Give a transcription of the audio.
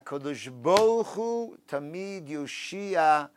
הקדוש ברוך הוא, תמיד יושיע.